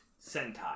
Sentai